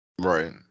Right